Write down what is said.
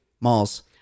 malls